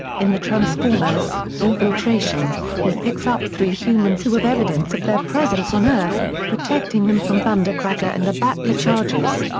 in the transformers infiltration, he picks up three humans who have evidence of their presence on earth, protecting them from thundercracker and the battlechargers.